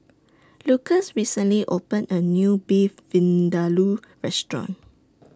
Lucas recently opened A New Beef Vindaloo Restaurant